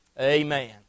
Amen